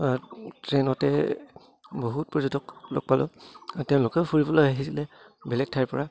ট্ৰেইনতে বহুত পৰ্যটক লগ পালোঁ তেওঁলোকেও ফুৰিবলৈ আহিছিলে বেলেগ ঠাইৰ পৰা